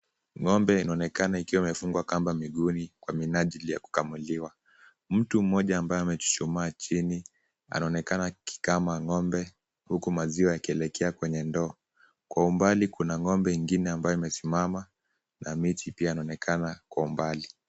Ng'ombe inaonekana ikiwa imefungwa kamba miguuni kwa minajili ya kukamuliwa. Mtu mmoja ambaye amechuchuma chini anaonekana akikama ng'ombe huku maziwa yakielekea kwenye ndoo. Kwa umbali Kuna ng'ombe mwengine ambaye amesimama na miti pia inaonekana kwa umbali.